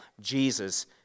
Jesus